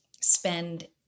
spend